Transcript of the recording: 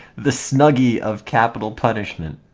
the snuggie of capital punishment